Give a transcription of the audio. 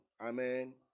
Amen